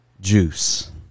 juice